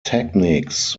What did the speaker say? techniques